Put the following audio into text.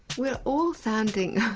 we're all sounding,